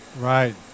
Right